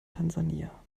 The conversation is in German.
tansania